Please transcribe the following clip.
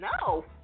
No